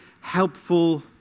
helpful